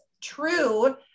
true